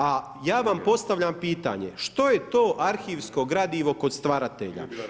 A ja vam postavljam pitanje što je to arhivsko gradivo kod stvaratelja?